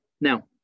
now